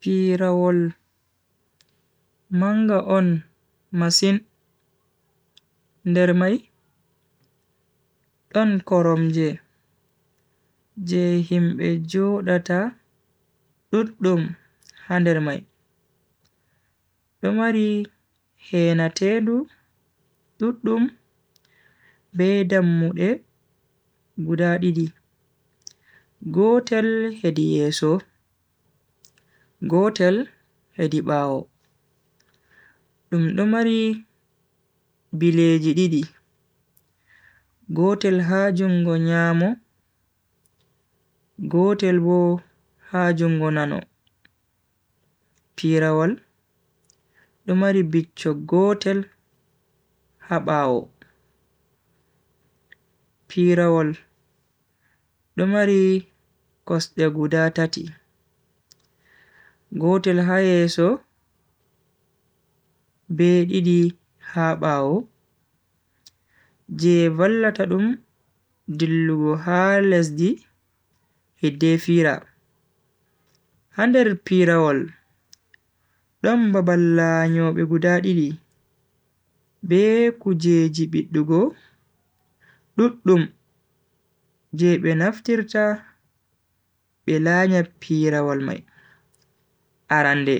pirawol manga on masin dermai on koromje je himbe jo datta tutdum handermai tumari henate du tutdum bedam mude gudadi di gotel hedi eso gotel hedi bao tumari bilej dididi gotel hajungo nyamu gotel bo hajungo nano pirawol tumari bilj jo gotel habao pirawol tumari koste gudadi gotel haeso bedidi habao je vala tadum dilgo halesdi hedi pira hander pirawol dum babalanyo be gudadi di be ku je gibid du go tutdum je benaftircha belanya pira walmai arande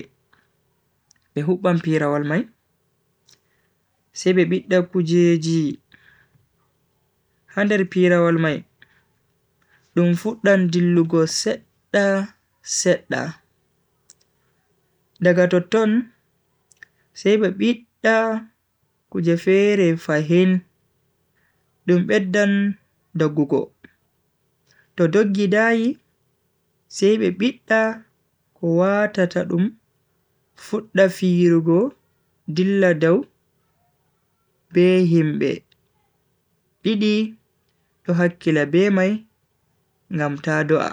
be hukbam pira walmai sebebida ku je ji hander pira walmai dum futdan dilgo setda setda daga tutdum sebebida ku je fehre fahen dum bedan dogo tutdugidai sebebida kuwa tatadum futda fihirugo dilla dao be himbe pidi toha ke labemai ngamta doa